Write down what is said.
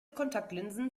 kontaktlinsen